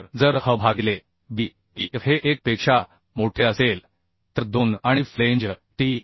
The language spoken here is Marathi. तर जर h भागिले B f हे 1 पेक्षा मोठे असेल तर 2 आणि फ्लेंज टी